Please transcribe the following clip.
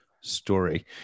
story